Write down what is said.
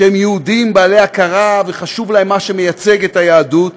ושהם יהודים בעלי הכרה וחשוב להם מה שמייצגת היהדות,